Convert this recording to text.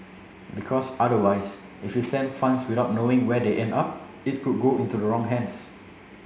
because otherwise if you send funds without knowing where they end up it could go into the wrong hands